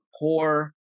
poor